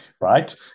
right